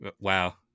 wow